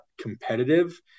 competitive